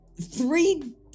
three